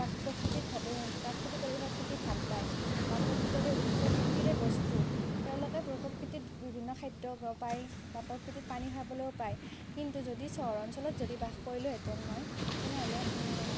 প্ৰাকৃতিকভাৱে প্ৰাকৃতিক পৰিৱেশত থাকি ভাল পায় বা প্ৰকৃতিৰে বস্তু তেওঁলোকে প্ৰকৃতিত বিভিন্ন খাদ্য পায় বা প্ৰকৃতিত পানী খাবলৈয়ো পায় কিন্তু যদি চহৰ অঞ্চলত যদি বাস কৰিলোহেতেনে মই তেনেহ'লে